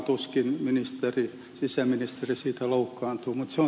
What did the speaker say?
tuskin sisäministeri siitä loukkaantuu